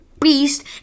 beast